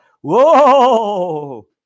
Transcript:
Whoa